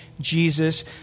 Jesus